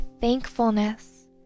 thankfulness